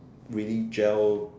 really gel